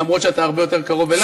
אף שאתה הרבה יותר קרוב אלי,